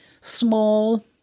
small